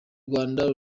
rwanda